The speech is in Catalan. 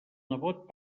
nebot